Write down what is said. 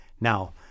Now